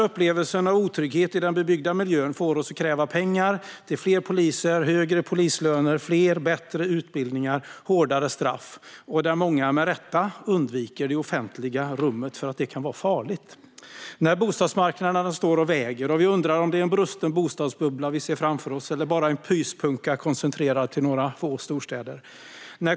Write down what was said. Upplevelsen av otrygghet i den bebyggda miljön får oss att kräva pengar till fler poliser, högre polislöner, fler och bättre utbildningar samt hårdare straff, och många undviker - med rätta - det offentliga rummet för att det kan vara farligt. Bostadsmarknaden står och väger, och vi undrar om det är en brusten bostadsbubbla vi ser framför oss eller bara en pyspunka koncentrerad till några få storstäder.